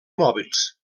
mòbils